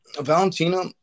Valentina